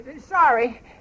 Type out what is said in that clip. sorry